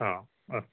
हा अस्तु